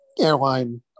airline